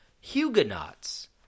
Huguenots